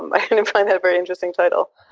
i didn't and find that a very interesting title.